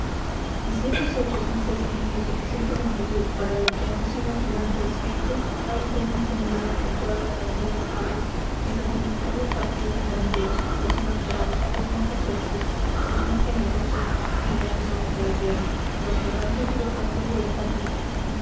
y si estos hechos no fuesen aún de suficiente magnitud para lo que ambiciona tu grande espíritu ahí tienes diseminadas por toda la redondez de españa esas inimitables partidas de guerrilleros los más bravos los más atrevidos los más generosos y leales hombres de la tierra los verdaderos libertadores de la patria